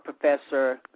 professor